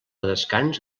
descans